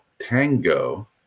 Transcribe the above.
Tango